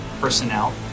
personnel